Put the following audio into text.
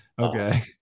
Okay